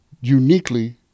uniquely